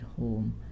home